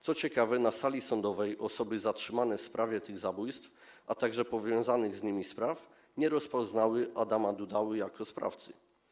Co ciekawe, na sali sądowej osoby zatrzymane w sprawie tych zabójstw, a także w związku z powiązanymi z nimi sprawami nie rozpoznały Adama Dudały jako sprawcy.